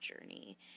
journey